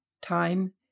Time